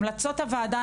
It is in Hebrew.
המלצות הוועדה,